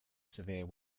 severe